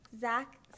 Zach